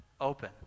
open